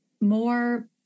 more